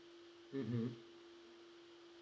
mmhmm